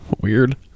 Weird